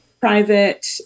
private